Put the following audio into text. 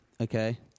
Okay